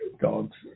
dogs